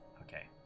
Okay